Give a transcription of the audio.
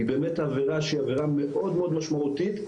זו באמת עבירה שהיא מאוד-מאוד משמעותית.